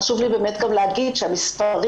חשוב לי להגיד שהמספרים,